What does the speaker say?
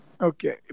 Okay